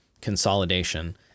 consolidation